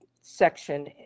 section